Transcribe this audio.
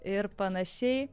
ir panašiai